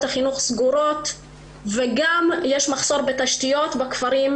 החינוך סגורות ויש מחסור בתשתיות בכפרים,